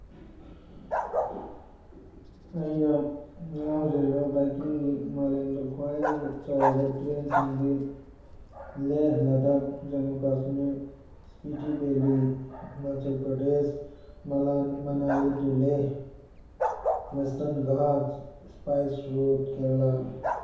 ꯑꯩꯅ ꯉꯥꯎꯖꯔꯤꯕ ꯕꯥꯏꯛꯀꯤꯡꯒꯤ ꯃꯥꯂꯦꯝꯗ ꯈ꯭ꯋꯥꯏꯗꯒꯤ ꯆꯥꯎꯕ ꯇ꯭ꯔꯦꯟꯁꯤꯡꯗꯤ ꯂꯦ ꯂꯗꯥꯛ ꯖꯃꯨ ꯀꯁꯃꯤꯔ ꯏꯁꯄꯤꯗꯤ ꯚꯦꯂꯤ ꯍꯤꯃꯥꯆꯜ ꯄ꯭ꯔꯗꯦꯁ ꯃꯅꯥꯂꯤ ꯇꯨꯂꯦ western Ghat spice route Kerala